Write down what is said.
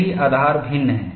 यही आधार भिन्न है